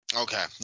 Okay